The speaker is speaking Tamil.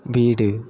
வீடு